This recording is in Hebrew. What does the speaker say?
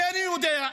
כי אני יודע,